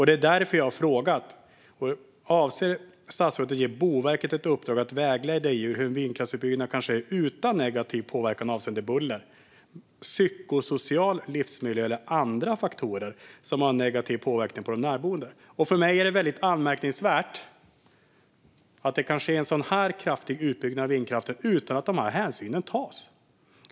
Det är därför som jag har frågat: Avser statsrådet att ge Boverket ett uppdrag att vägleda i hur en vindkraftsutbyggnad kan ske utan negativ påverkan avseende buller, psykosocial livsmiljö eller andra faktorer som har en negativ påverkan på de närboende? För mig är det väldigt anmärkningsvärt att det kan ske en så kraftig utbyggnad av vindkraften utan att dessa hänsyn tas.